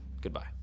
Goodbye